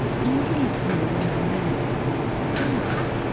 even here in the united states,